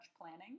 planning